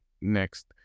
Next